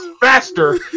faster